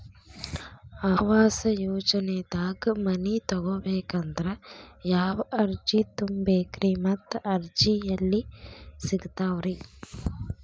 ಆವಾಸ ಯೋಜನೆದಾಗ ಮನಿ ತೊಗೋಬೇಕಂದ್ರ ಯಾವ ಅರ್ಜಿ ತುಂಬೇಕ್ರಿ ಮತ್ತ ಅರ್ಜಿ ಎಲ್ಲಿ ಸಿಗತಾವ್ರಿ?